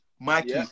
Mikey